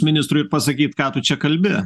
ministrui pasakyt ką tu čia kalbi